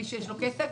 מי שיש לו כסף